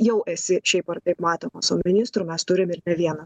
jau esi šiaip ar taip matomas o ministrų mes turim ir ne vieną